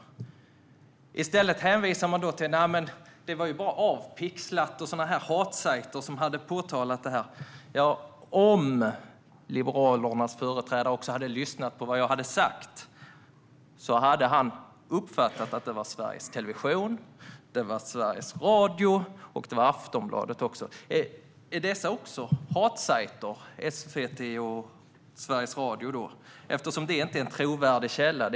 Liberalernas företrädare säger att det var ju bara Avpixlat och sådana hatsajter som hade påtalat det här, men om han hade lyssnat på vad jag sa hade han uppfattat att det också var Sveriges Television, Sveriges Radio och Aftonbladet. Är SVT och Sveriges Radio också hatsajter, eftersom de inte är trovärdiga källor?